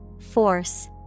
Force